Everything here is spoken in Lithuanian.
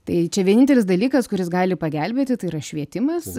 tai čia vienintelis dalykas kuris gali pagelbėti tai yra švietimas